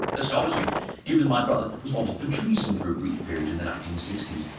astonishing given my brother was wanted for treason for a brief period in the nineteen sixty s.